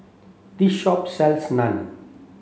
this shop sells Naan